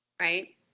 right